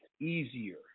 easier